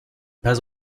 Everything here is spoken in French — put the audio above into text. pas